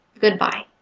Goodbye